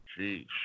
Jeez